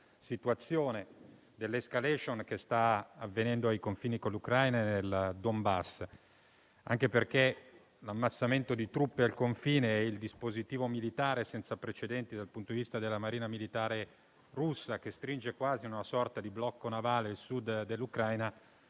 situazione e dell'*escalation* che sta avvenendo ai confini con l'Ucraina, nel Donbass. L'ammassamento di truppe al confine e il dispositivo militare senza precedenti, dal punto di vista della marina militare russa, che stringe quasi in una sorta di blocco navale il Sud dell'Ucraina,